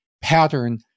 pattern